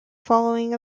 following